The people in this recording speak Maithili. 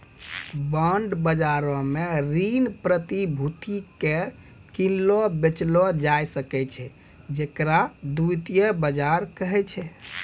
बांड बजारो मे ऋण प्रतिभूति के किनलो बेचलो जाय सकै छै जेकरा द्वितीय बजार कहै छै